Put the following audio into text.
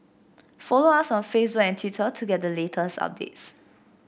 follow us on Facebook and Twitter to get the latest updates